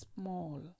small